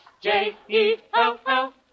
J-E-L-L